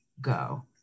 go